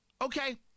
Okay